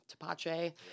tapache